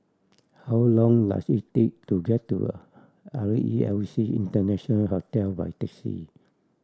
how long does it take to get to R E L C International Hotel by taxi